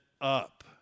up